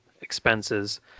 expenses